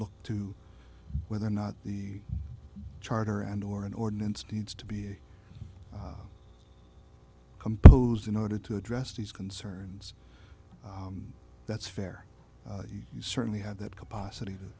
look to whether or not the charter and or an ordinance needs to be composed in order to address these concerns and that's fair you certainly have that capacity to